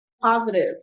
positive